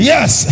Yes